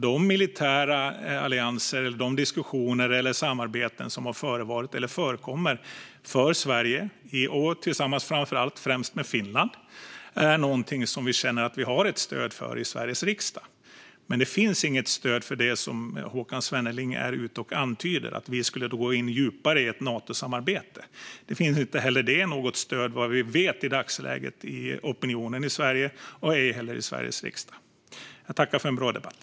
De militära allianser, diskussioner eller samarbeten som förekommer för Sverige, i år framför allt tillsammans med Finland, är något som vi känner att vi har ett stöd för i Sveriges riksdag. Men det finns inget stöd för det som Håkan Svenneling antyder, att vi skulle gå in djupare i ett Natosamarbete. Det finns inte heller vad vi vet i dagsläget något stöd för det i opinionen i Sverige och ej heller i Sveriges riksdag. Jag tackar för en bra debatt.